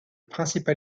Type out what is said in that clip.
principal